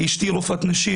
אישתי רופאת נשים,